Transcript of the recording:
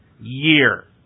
year